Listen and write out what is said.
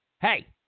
hey